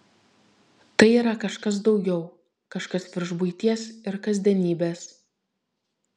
tai yra kažkas daugiau kažkas virš buities ir kasdienybės